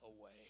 away